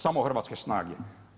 Samo hrvatske snage.